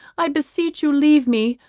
i beseech you leave me,